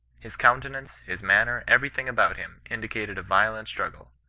his countenance, his manner, every thing about him, indicated a violent struggle.